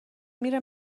میره